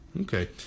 Okay